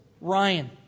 Ryan